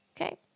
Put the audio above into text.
okay